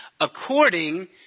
according